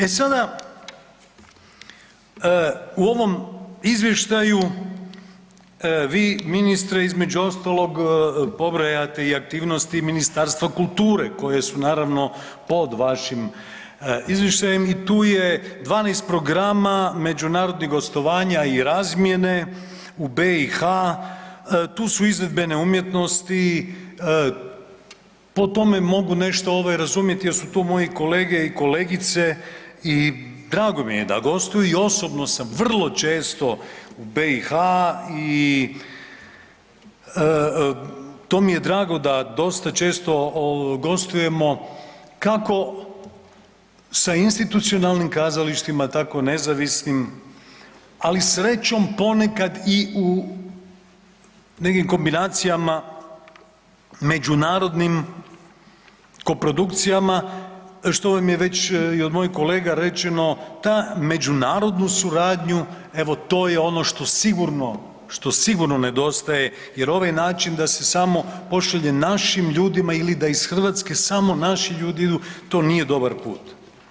E sada, u ovom izvještaju vi ministre između ostaloga pobrojavate i aktivnosti Ministarstva kulture koje su naravno pod vašim izvještajem i tu je 12 programa međunarodnih gostovanja i razmjene u BiH, tu su izvedbene umjetnosti, po tome mogu ovaj nešto razumjeti jer su to moji kolege i kolegice i drago mi je da gostuju i osobno sam vrlo često u BiH i to mi je drago da dosta često gostujemo kako sa institucionalnim kazalištima tako nezavisnim, ali srećom ponekad i u nekim kombinacijama međunarodnim koprodukcija što vam je već i od mojih kolega rečeno ta međunarodnu suradnju, evo to je ono što sigurno, što sigurno nedostaje jer ovaj način da se samo pošalje našim ljudima ili da ih Hrvatske samo naši ljudi idu to nije dobar put.